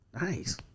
Nice